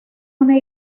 una